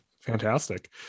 fantastic